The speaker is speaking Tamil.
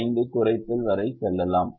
5 குறைதல் வரை செல்லலாம்